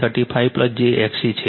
34 j XC છે